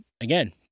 again